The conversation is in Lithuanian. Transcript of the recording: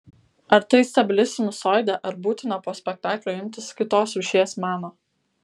ar tai stabili sinusoidė ar būtina po spektaklio imtis kitos rūšies meno